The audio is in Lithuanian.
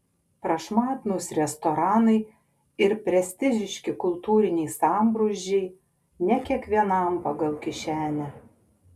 prašmatnūs restoranai ir prestižiški kultūriniai sambrūzdžiai ne kiekvienam pagal kišenę